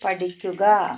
പഠിക്കുക